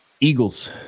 Eagles